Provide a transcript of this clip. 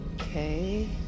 Okay